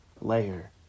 layer